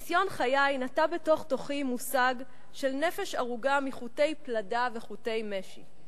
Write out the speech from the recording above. ניסיון חיי נטע בתוך תוכי מושג של נפש ארוגה מחוטי פלדה וחוטי משי,